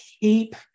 keep